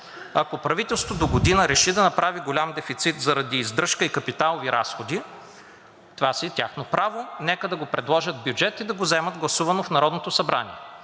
Ако правителството догодина реши да направи голям дефицит заради издръжка и капиталови разходи, това си е тяхно право, нека да предложат бюджет и да го вземат гласувано в Народното събрание.